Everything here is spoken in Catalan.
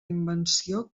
invenció